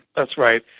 that's right.